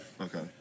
Okay